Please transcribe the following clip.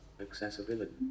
Accessibility